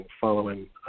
following